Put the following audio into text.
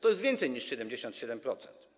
To jest więcej niż 77%.